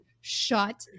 shut